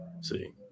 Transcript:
see